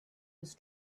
his